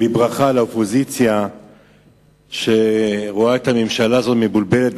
בברכה לאופוזיציה שרואה את הממשלה הזאת מבולבלת,